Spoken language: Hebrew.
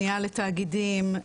פנייה לתאגידים,